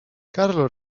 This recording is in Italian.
carlo